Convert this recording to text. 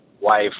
wife